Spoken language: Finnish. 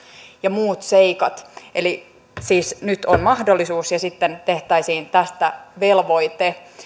ja muut seikat siis nyt on mahdollisuus ja sitten tehtäisiin tästä velvoite